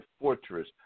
fortress